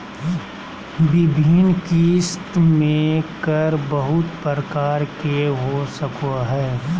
विभिन्न किस्त में कर बहुत प्रकार के हो सको हइ